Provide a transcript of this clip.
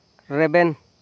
ᱨᱮᱵᱮᱱ